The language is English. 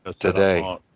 today